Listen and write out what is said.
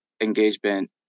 engagement